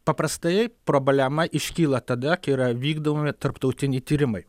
paprastai problema iškyla tada kai yra vykdomi tarptautiniai tyrimai